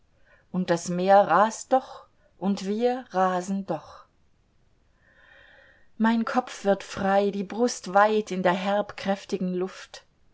und das meer rast doch und wir rasen doch mein kopf wird frei die brust weit in der herb kräftigen luft